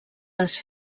les